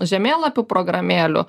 žemėlapių programėlių